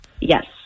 yes